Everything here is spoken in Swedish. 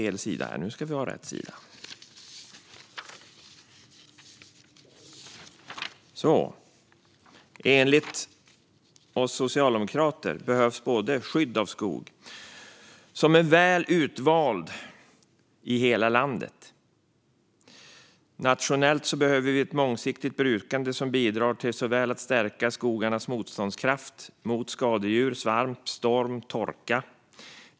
Enligt oss socialdemokrater behövs skydd av skog som är väl utvald i hela landet. Nationellt behöver vi ett långsiktigt brukande som bidrar till att stärka skogarnas motståndskraft mot skadedjur, svamp, storm och torka.